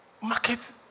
market